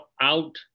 out